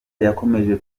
yakomeje